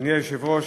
אדוני היושב-ראש,